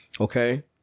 Okay